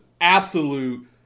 absolute